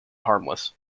harmless